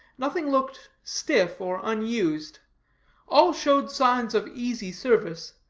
nothing looked stiff or unused all showed signs of easy service,